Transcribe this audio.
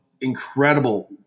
incredible